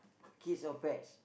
kids or pets